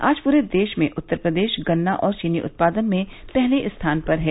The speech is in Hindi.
आज पूरे देश में उत्तर प्रदेश गन्ना और चीनी उत्पादन में पहले स्थान पर है